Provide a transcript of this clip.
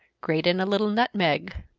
grate in a little nutmeg.